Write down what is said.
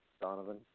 Donovan